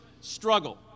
struggle